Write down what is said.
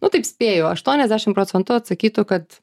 nu taip spėju aštuoniasdešim procentų atsakytų kad